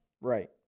Right